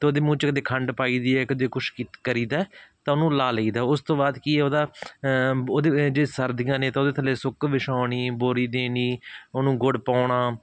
ਅਤੇ ਉਹਦੇ ਮੂੰਹ 'ਚ ਕਦੇ ਖੰਡ ਪਾਈ ਦੀ ਹੈ ਕਦੇ ਕੁਛ ਕੀ ਕਰੀਦਾ ਤਾਂ ਉਹਨੂੰ ਲਾ ਲਈਦਾ ਉਸ ਤੋਂ ਬਾਅਦ ਕੀ ਉਹਦਾ ਉਹਦੇ ਜੇ ਸਰਦੀਆਂ ਨੇ ਤਾਂ ਉਹਦੇ ਥੱਲੇ ਸੁੱਕ ਵਿਛਾਉਣੀ ਬੋਰੀ ਦੇਣੀ ਉਹਨੂੰ ਗੁੜ ਪਾਉਣਾ